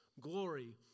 glory